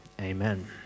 Amen